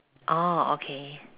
orh okay